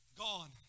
Gone